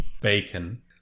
Bacon